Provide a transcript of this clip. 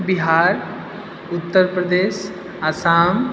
Bihar Uttar Pradesh Assam